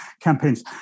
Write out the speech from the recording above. campaigns